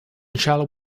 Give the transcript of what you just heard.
shall